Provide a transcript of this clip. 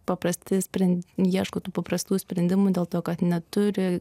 paprasti spren ieško tų paprastų sprendimų dėl to kad neturi